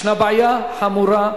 יש בעיה חמורה,